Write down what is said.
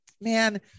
man